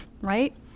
Right